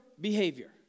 behavior